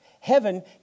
heaven